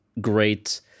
great